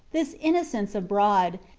this innocents abroad,